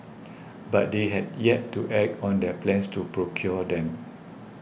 but they had yet to act on their plans to procure them